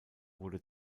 wurde